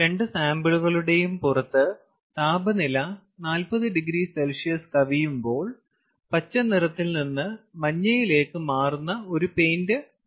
രണ്ട് സാമ്പിളുകളുടെയും പുറത്ത് താപനില 40oC കവിയുമ്പോൾ പച്ച നിറത്തിൽ നിന്ന് മഞ്ഞയിലേക്ക് മാറുന്ന ഒരു പെയിന്റ് ഉണ്ട്